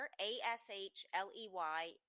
A-S-H-L-E-Y